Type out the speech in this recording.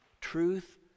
Truth